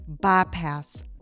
bypass